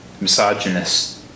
Misogynist